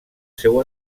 seu